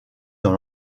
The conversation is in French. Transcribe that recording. dans